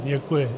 Děkuji.